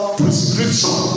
prescription